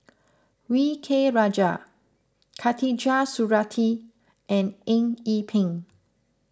V K Rajah Khatijah Surattee and Eng Yee Peng